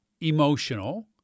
emotional